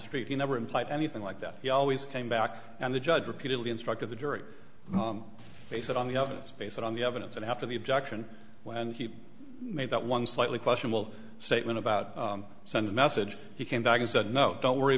street he never implied anything like that he always came back and the judge repeatedly instructed the jury based on the evidence based on the evidence and after the objection when he made that one slightly question will statement about send a message he came back and said no don't worry